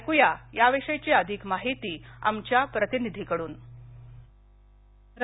ऐक्रया या विषयी अधिक माहिती आमच्या प्रतिनिधी कड्रन